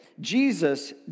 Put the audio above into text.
Jesus